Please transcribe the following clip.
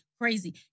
crazy